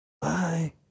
Bye